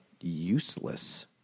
useless